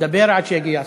דבר עד שיגיע השר.